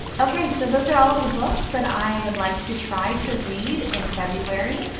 okay, so those are all of the books that i would like to try to read in february.